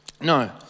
No